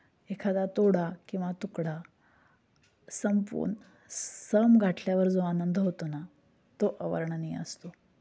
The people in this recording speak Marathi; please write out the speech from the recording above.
एखादा तोडा किंवा तुकडा संपवून सम गाठल्यावर जो आनंद होतो ना तो अवर्णनीय असतो